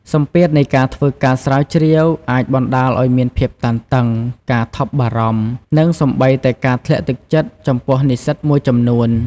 សម្ពាធនៃការធ្វើការស្រាវជ្រាវអាចបណ្តាលឱ្យមានភាពតានតឹង ការថប់បារម្ភ និងសូម្បីតែការធ្លាក់ទឹកចិត្តចំពោះនិស្សិតមួយចំនួន។